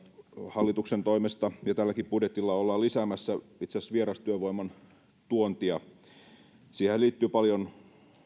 hallituksen toimesta ja tälläkin budjetilla ollaan lisäämässä itse asiassa vierastyövoiman tuontia siihenhän liittyy paljon